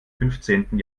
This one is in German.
fünfzehnten